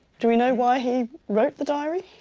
do we know why he wrote the diary?